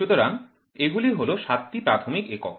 সুতরাং এগুল হল সাতটি প্রাথমিক একক